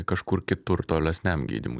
kažkur kitur tolesniam gydymui